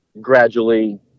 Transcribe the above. gradually